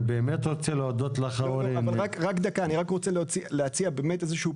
אני רק רוצה להציע פתרון.